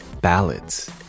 ballads